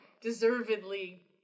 deservedly